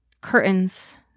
curtains